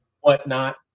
whatnot